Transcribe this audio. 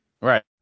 Right